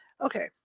Okay